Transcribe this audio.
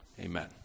Amen